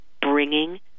bringing